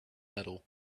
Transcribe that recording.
medal